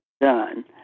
done